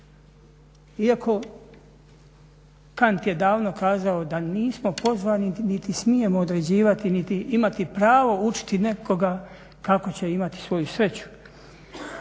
Iako Kant je davno kazao da nismo pozvani niti smijemo određivati niti imati pravo učiti nekoga kako će imati svoju sreću,